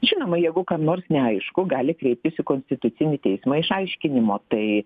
žinoma jeigu kam nors neaišku gali kreiptis į konstitucinį teismą išaiškinimo tai